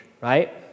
right